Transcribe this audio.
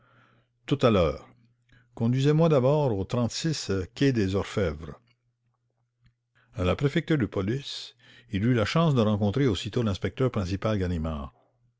tout à l'heure conduisez-moi d'abord au quai des orfèvres à la préfecture de police il eut la chance de rencontrer l'inspecteur principal ganimard